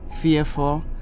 fearful